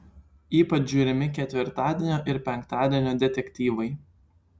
ypač žiūrimi ketvirtadienio ir penktadienio detektyvai